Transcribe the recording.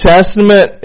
Testament